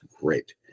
great